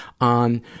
on